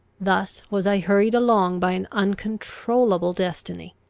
thus was i hurried along by an uncontrollable destiny.